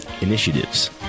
initiatives